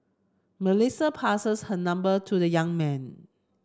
Melissa passes her number to the young man